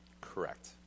Correct